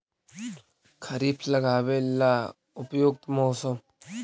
खरिफ लगाबे ला उपयुकत मौसम?